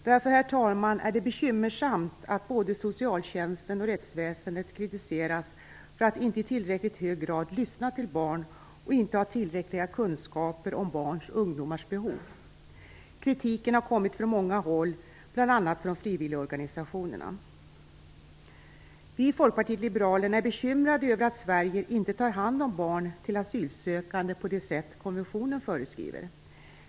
Därför, herr talman, är det bekymmersamt att både socialtjänsten och rättsväsendet kritiseras för att inte i tillräckligt hög grad lyssna till barn och inte ha tillräckliga kunskaper om barns och ungdomars behov. Kritiken har kommit från många håll - bl.a. från frivilligorganisationerna. Vi i Folkpartiet liberalerna är bekymrade över att Sverige inte tar hand om barn till asylsökande på det sätt konventionen föreskriver.